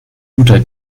guter